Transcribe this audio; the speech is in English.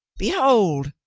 behold,